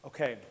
Okay